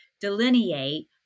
delineate